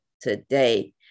today